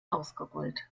ausgerollt